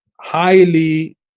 highly